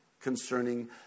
concerning